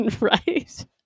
right